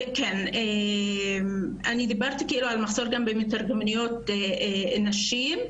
כן, אני דיברתי על המחסור במתורגמניות נשים.